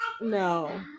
no